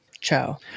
Ciao